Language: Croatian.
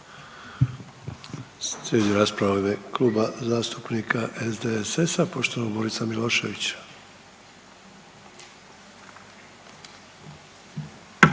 Slijedi rasprava u ime Kluba zastupnika SDSS-a poštovanog Borisa Miloševića.